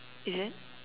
is it